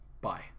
Bye